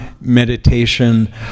meditation